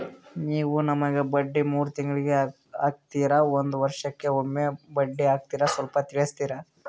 ನೀವು ನಮಗೆ ಬಡ್ಡಿ ಮೂರು ತಿಂಗಳಿಗೆ ಹಾಕ್ತಿರಾ, ಒಂದ್ ವರ್ಷಕ್ಕೆ ಒಮ್ಮೆ ಬಡ್ಡಿ ಹಾಕ್ತಿರಾ ಸ್ವಲ್ಪ ತಿಳಿಸ್ತೀರ?